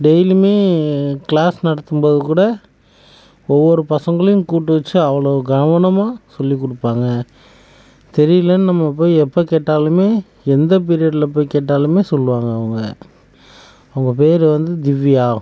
டெய்லியுமே கிளாஸ் நடத்தும்போது கூட ஒவ்வொரு பசங்களையும் கூப்பிட்டு வச்சு அவ்வளவு கவனமாக சொல்லிக் கொடுப்பாங்க தெரியலைன்னு நம்ம போய் எப்போ கேட்டாலுமே எந்த பீரியட்டில் போய் கேட்டாலுமே சொல்லுவாங்க அவங்க அவங்க பேர் வந்து திவ்யா